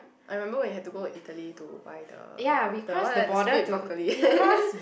I remember when you had to go to Italy to buy the the what's that the stupid brocolli